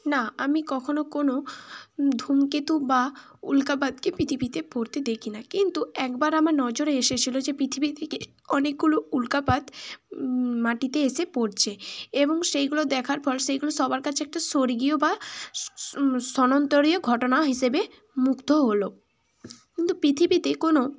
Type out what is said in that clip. না আমি কখনও কোনো ধুমকেতু বা উল্কাপাতকে পৃথিবীতে পড়তে দেখি নাই কিন্তু একবার আমার নজরে এসেছিলো যে পৃথিবী থেকে অনেকগুলো উল্কাপাত মাটিতে এসে পড়ছে এবং সেইগুলো দেখার ফল সেইগুলো সবার কাছে একটা স্বর্গীয় বা স্মরণীয় ঘটনা হিসেবে মুগ্ধ হলো কিন্তু পিথিবীতে কোনো